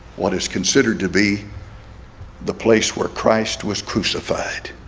what is considered to be the place where christ was crucified